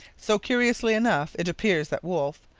so, curiously enough, it appears that wolfe,